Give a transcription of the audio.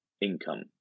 income